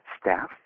staff